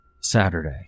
Saturday